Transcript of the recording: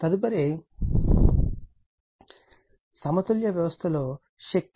తదుపరిది సమతుల్య వ్యవస్థ లో శక్తి